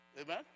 Amen